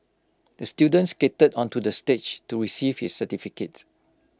the student skated onto the stage to receive his certificate